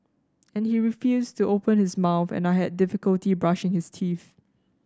and he refused to open his mouth and I had difficulty brushing his teeth